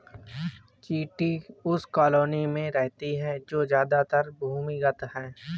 चींटी उस कॉलोनी में रहती है जो ज्यादातर भूमिगत है